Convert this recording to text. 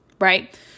right